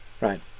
right